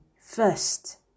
first